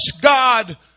God